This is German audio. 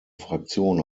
fraktion